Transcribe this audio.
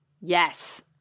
Yes